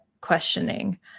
questioning